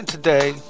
today